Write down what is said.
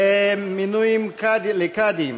לוועדה למינוי קאדים